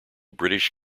british